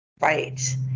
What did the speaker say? right